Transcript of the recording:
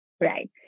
Right